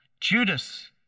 Judas